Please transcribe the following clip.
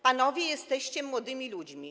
Panowie, jesteście młodymi ludźmi.